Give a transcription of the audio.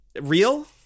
real